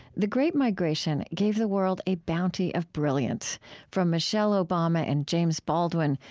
the great migration gave the world a bounty of brilliance from michelle obama and james baldwin,